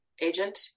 agent